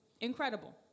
incredible